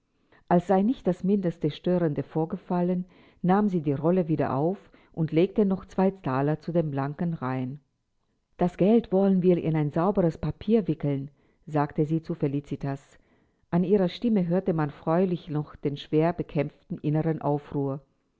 als sei nicht das mindeste störende vorgefallen nahm sie die rolle wieder auf und legte noch zwei thaler zu den blanken reihen das geld wollen wir in ein sauberes papier wickeln sagte sie zu felicitas an ihrer stimme hörte man freilich noch den schwer bekämpften inneren aufruhr